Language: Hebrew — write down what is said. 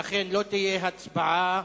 ולכן לא תהיה הצבעה